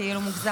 כאילו, מוגזם.